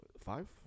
Five